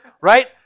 Right